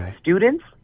students